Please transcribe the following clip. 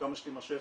כמה שתימשך,